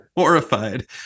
horrified